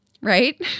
Right